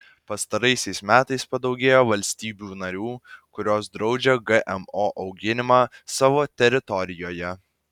pastaraisiais metais padaugėjo valstybių narių kurios draudžia gmo auginimą savo teritorijoje